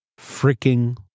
freaking